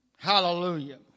Hallelujah